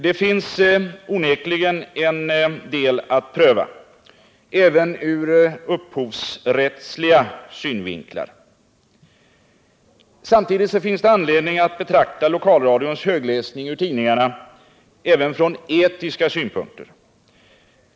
Det finns onekligen en del att pröva, även ur upphovsrättsliga synvinklar. Samtidigt finns det anledning att betrakta lokalradions högläsning ur tidningarna också från etiska synpunkter.